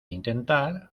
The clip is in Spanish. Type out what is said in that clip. intentar